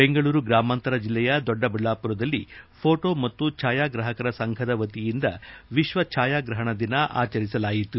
ಬೆಂಗಳೂರು ಗ್ರಾಮಾಂತರ ಜಿಲ್ಲೆಯ ದೊಡ್ಡಬಳ್ಳಾಪುರದಲ್ಲಿ ಫೋಟೋ ಮತ್ತು ಛಾಯಾಗ್ರಾಹಕರ ಸಂಘದ ವತಿಯಿಂದ ವಿಶ್ವ ಛಾಯಾಗ್ರಹಣ ದಿನ ಆಚರಿಸಲಾಯಿತು